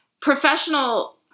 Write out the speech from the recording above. professional